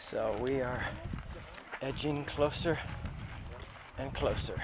so we are edging closer and closer